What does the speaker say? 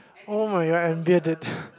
oh-my-god I'm bearded